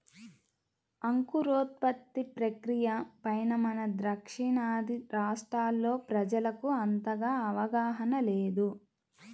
అంకురోత్పత్తి ప్రక్రియ పైన మన దక్షిణాది రాష్ట్రాల్లో ప్రజలకు అంతగా అవగాహన లేదు